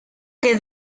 que